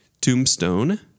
tombstone